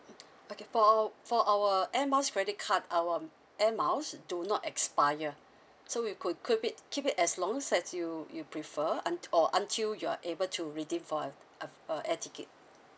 mm okay for our for our airmiles credit card our airmiles do not expire so you could keep it keep it as long as you you prefer unti~ or until you're able to redeem for a uh a air ticket